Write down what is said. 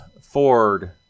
Ford